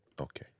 Okay